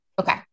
Okay